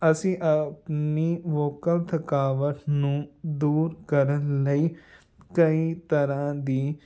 ਅਸੀਂ ਵੋਕਲ ਥਕਾਵਟ ਨੂੰ ਦੂਰ ਕਰਨ ਲਈ ਕਈ ਤਰ੍ਹਾਂ ਦੀ